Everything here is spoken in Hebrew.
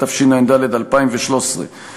התשע"ד 2013,